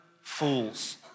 fools